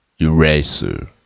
Eraser